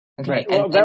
Okay